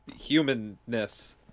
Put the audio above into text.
humanness